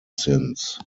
since